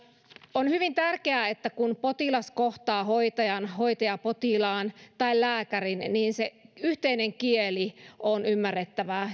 on hyvin tärkeää että kun potilas kohtaa hoitajan hoitaja potilaan tai lääkärin niin se yhteinen kieli on ymmärrettävää